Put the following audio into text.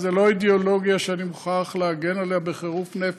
זאת לא אידיאולוגיה שאני מוכרח להגן עליה בחירוף נפש,